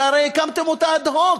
אתם הרי הקמתם אותה אד-הוק,